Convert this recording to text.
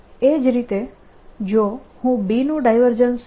એ જ રીતે જો હું B નું ડાયવર્જન્સ